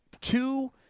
two